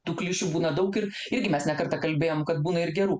tų klišių būna daug ir irgi mes ne kartą kalbėjom kad būna ir gerų